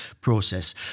process